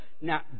Now